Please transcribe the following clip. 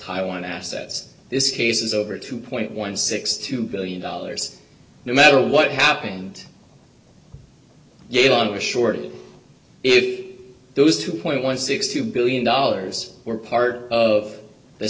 taiwan assets this case is over two point one six two billion dollars no matter what happened you thought it was shorted if those two point one six two billion dollars were part of the